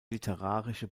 literarische